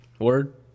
word